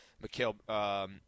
Mikhail –